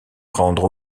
rendre